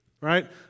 right